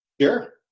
Sure